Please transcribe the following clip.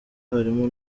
harimo